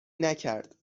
نکرد